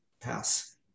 pass